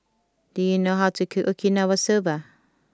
do you know how to cook Okinawa Soba